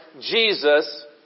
Jesus